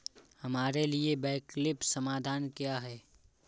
हमारे लिए वैकल्पिक समाधान क्या है?